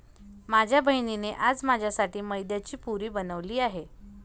माझ्या बहिणीने आज माझ्यासाठी मैद्याची पुरी बनवली आहे